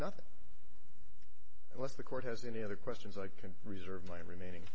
nothing unless the court has any other questions i can reserve my remaining